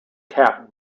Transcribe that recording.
capped